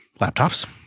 laptops